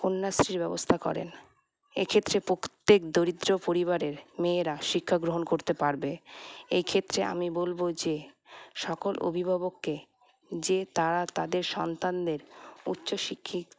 কন্যাশ্রীর ব্যবস্থা করেন এক্ষেত্রে প্রত্যেক দরিদ্র পরিবারের মেয়েরা শিক্ষাগ্রহণ করতে পারবে এইক্ষেত্রে আমি বলব যে সকল অভিভাবককে যে তারা তাদের সন্তানদের উচ্চ